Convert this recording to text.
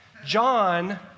John